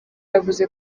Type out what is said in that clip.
yavuze